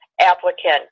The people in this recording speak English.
applicant